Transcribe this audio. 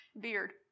beard